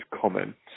comments